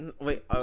wait